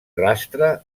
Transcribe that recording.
rastre